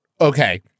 Okay